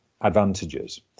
advantages